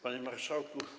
Panie Marszałku!